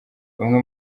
bamwe